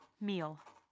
mele.